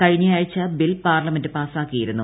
കഴിഞ്ഞയാഴ്ച bill parliament പാസാക്കിയിരുന്നു